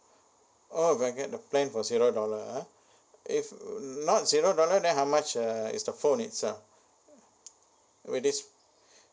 oh I get the plan for zero dollar ah if now is zero dollar then how much uh is the phone itself where this